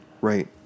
right